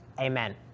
amen